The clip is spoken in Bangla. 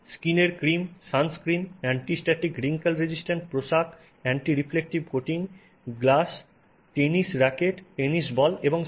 স্কিনের cream sunscreen anti static wrinkle resistant পোশাক anti reflective coating glass tennis racket tennis ball এবং স্কী